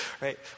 right